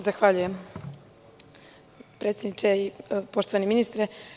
Zahvaljujem predsedniče i poštovani ministre.